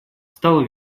стала